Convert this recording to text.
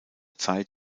zeit